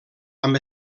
amb